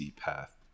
path